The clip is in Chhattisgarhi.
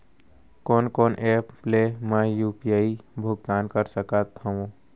कोन कोन एप ले मैं यू.पी.आई भुगतान कर सकत हओं?